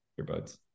earbuds